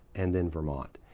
and then vermont.